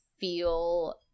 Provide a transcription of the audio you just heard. feel